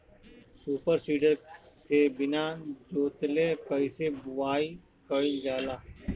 Super seeder से बीना जोतले कईसे बुआई कयिल जाला?